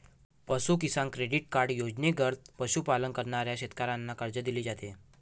पशु किसान credit card योजनेंतर्गत पशुपालन करणाऱ्या शेतकऱ्यांना कर्ज दिले जाते